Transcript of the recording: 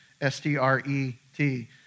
S-T-R-E-T